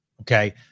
Okay